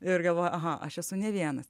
ir galvoji aha aš esu ne vienas